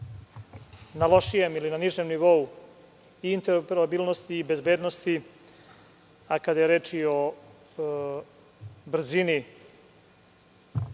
na lošijem ili na nižem nivou interoperabilnosti i bezbednosti, a kada je reč i o brzini